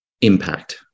impact